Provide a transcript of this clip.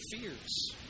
fears